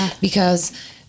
because-